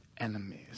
enemies